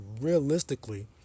realistically